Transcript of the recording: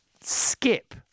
skip